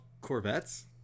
Corvettes